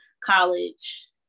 college